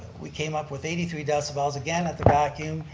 we came up with eighty three decibels. again at the vacuum,